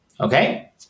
okay